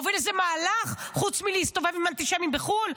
הוא הוביל איזה מהלך חוץ מלהסתובב עם אנטישמים בחו"ל?